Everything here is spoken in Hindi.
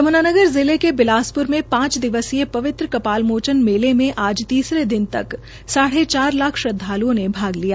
यमुनानगर जिले के बिलासपुर में पांच दिवसीय पवित्र कपाल मोचन मेले में आज तीसरे दिन तक साढ़े चार लाख श्रद्वालुओं ने भाग लिया